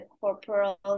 corporal